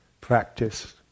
practice